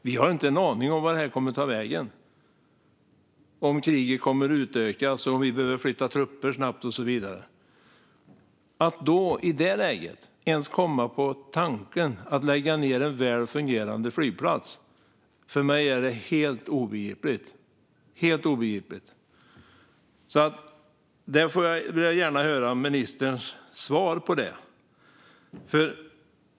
Vi har inte en aning om vart det här kommer att ta vägen, om kriget kommer att utökas, om vi behöver flytta trupper snabbt och så vidare. Att i det läget ens komma på tanken att lägga ned en väl fungerande flygplats är för mig helt obegripligt. Jag vill gärna höra ministerns svar på detta.